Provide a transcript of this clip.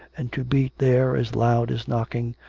and to beat there, as loud as knocking,